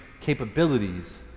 capabilities